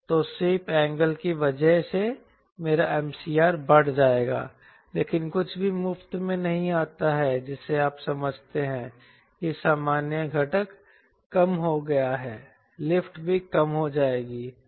तो sweep angle की वजह से मेरा MCR बढ़ जाएगा लेकिन कुछ भी मुफ्त में नहीं आता है जिसे आप समझते हैं कि सामान्य घटक कम हो गया है लिफ्ट भी कम हो जाएगी